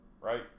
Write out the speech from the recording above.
Right